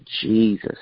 Jesus